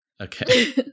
Okay